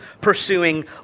pursuing